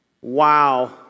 wow